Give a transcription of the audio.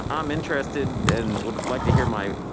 um interested in, would like to hear my,